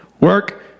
Work